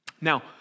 Now